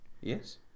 Yes